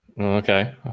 Okay